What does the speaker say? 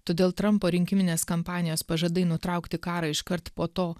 todėl trampo rinkiminės kampanijos pažadai nutraukti karą iškart po to